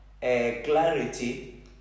clarity